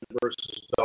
versus